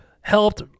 helped